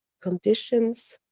conditions,